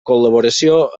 col·laboració